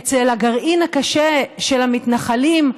אצל הגרעין הקשה של המתנחלים,